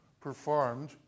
performed